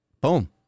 Boom